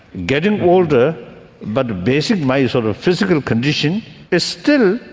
getting older but basically my sort of physical condition is still,